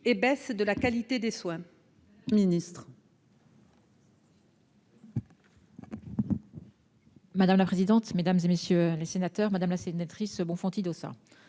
et baisse de la qualité des soins